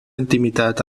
intimitat